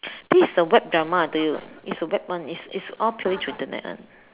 this is a web drama I tell you it's a web one is is all purely through the net [one]